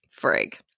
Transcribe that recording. Frig